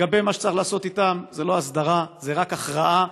מה שצריך לעשות איתם, זו לא הסדרה, זו רק הכרעה.